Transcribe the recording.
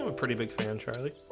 ah pretty big fan charlie